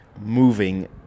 moving